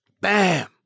Bam